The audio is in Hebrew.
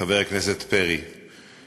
חבר הכנסת פרי,